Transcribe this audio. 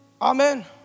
Amen